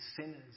sinners